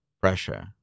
pressure